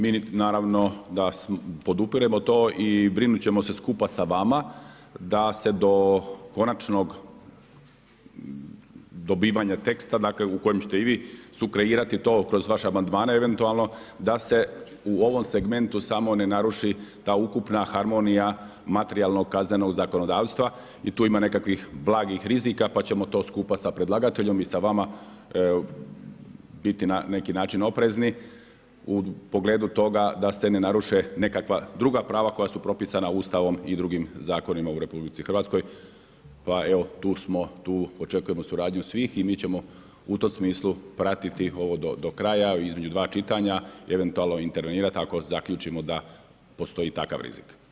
Mi naravno da podupiremo to i brinut ćemo se skupa sa vama da se do konačnog dobivanja teksta u kojem ćete i vi sukreirati to kroz vaše amandmane eventualno, da se u ovom segmentu samo ne naruši ta ukupna harmonija materijalnog kaznenog zakonodavstva i tu ima nekakvih blagih rizika pa ćemo to skupa sa predlagateljem i sa vama biti na neki način oprezni u pogledu toga da se ne naruše nekakva druga prava koja su propisana Ustavom i dr. zakonima u RH pa evo, tu očekujemo suradnju svih i mi ćemo u tom smislu pratiti ovo do kraja između dva čitanja, eventualno intervenirati ako zaključimo da postoji takav rizik.